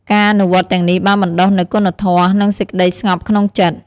ការអនុវត្តន៍ទាំងនេះបានបណ្ដុះនូវគុណធម៌ និងសេចក្តីស្ងប់ក្នុងចិត្ត។